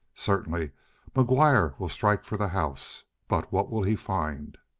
certainly mcguire will strike for the house. but what will he find?